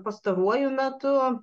pastaruoju metu